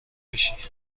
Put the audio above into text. بشی